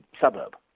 suburb